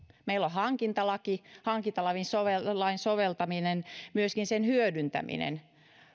meillä on hankintalaki hankintalain soveltaminen myöskin sen hyödyntäminen